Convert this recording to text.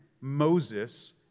Moses